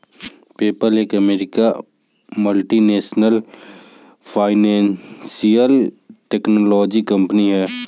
PayPal एक अमेरिकी multinational financial technology company है